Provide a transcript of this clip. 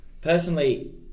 Personally